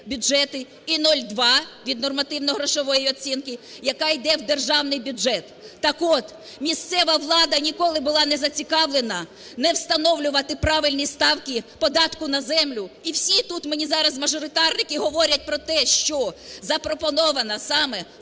і 0,2 від нормативно-грошової оцінки, яка йде в державний бюджет. Так от, місцева влада ніколи не була зацікавлена не встановлювати правильні ставки податку на землю. І всі тут мені зараз мажоритарники говорять про те, що запропонована, саме